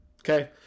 Okay